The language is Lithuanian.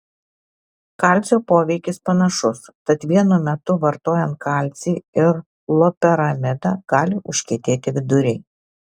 kalcio poveikis panašus tad vienu metu vartojant kalcį ir loperamidą gali užkietėti viduriai